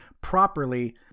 properly